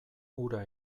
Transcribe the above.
hura